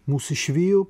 mus išvijo